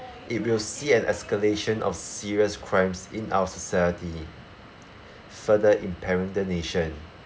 it will see an escalation of serious crimes in our society further impairing the nation